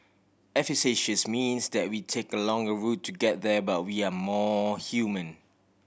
efficacious means that we take a longer a route to get there but we are more human